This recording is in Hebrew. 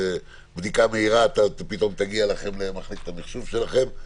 שבדיקה מהירה תגיע פתאום למחלקת המחשוב שלכם.